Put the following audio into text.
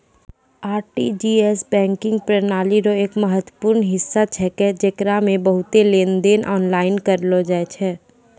RTGS banking प्रणाली रो एक महत्वपूर्ण हिस्सा छेकै जेकरा मे बहुते लेनदेन आनलाइन करलो जाय छै